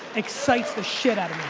excites the shit out of me.